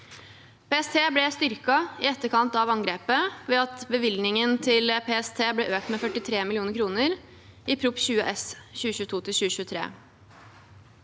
PST ble styrket i etterkant av angrepet ved at bevilgningen til PST ble økt med 43 mill. kr i Prop. 20 S for 2022–2023.